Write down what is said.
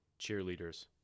cheerleaders